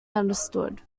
understood